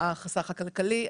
החסך הכלכלי.